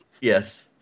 yes